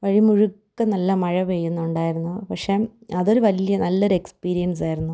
വഴിമുഴുക്കെ നല്ല മഴ പെയ്യുന്നുണ്ടായിരുന്നു പക്ഷെ അതൊരു വലിയ നല്ലൊരു എക്സ്പീരിയൻസായിരുന്നു